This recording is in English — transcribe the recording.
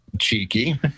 cheeky